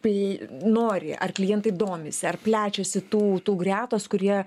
tai nori ar klientai domisi ar plečiasi tų tų gretos kurie